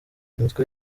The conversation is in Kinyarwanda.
umutwe